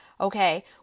Okay